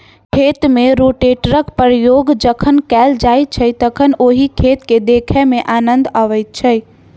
खेत मे रोटेटरक प्रयोग जखन कयल जाइत छै तखन ओहि खेत के देखय मे आनन्द अबैत छै